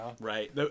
right